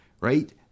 Right